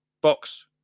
Box